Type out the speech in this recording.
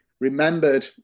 remembered